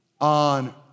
on